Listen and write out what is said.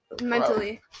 mentally